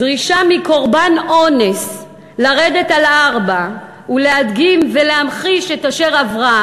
דרישה מקורבן אונס לרדת על ארבע ולהדגים ולהמחיש את אשר עברה,